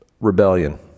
rebellion